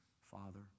Father